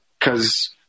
cause